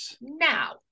now